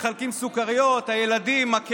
מחלקים סוכריות, הילדים, מקהלות.